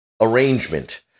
arrangement